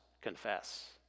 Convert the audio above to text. confess